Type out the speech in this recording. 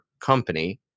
company